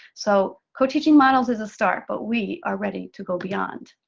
so co-teaching models is a start, but we are ready to go beyond.